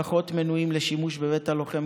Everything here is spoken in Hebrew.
פחות מנויים על השימוש בבית הלוחם.